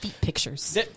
pictures